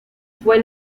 fue